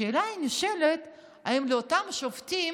השאלה שנשאלת היא: האם לאותם שופטים